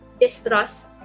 distrust